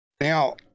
Now